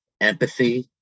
empathy